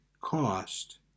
cost